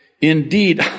Indeed